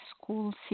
school